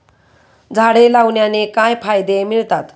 झाडे लावण्याने काय फायदे मिळतात?